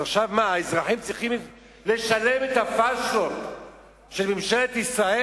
עכשיו האזרחים צריכים לשלם על הפשלות של ממשלת ישראל?